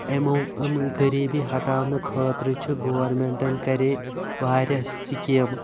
یِمو یِمو غریبی ہَٹاونہٕ خٲطر چھ گورمِنٹَن کَرے وارِیاہ سِکیمہٕ